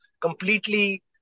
completely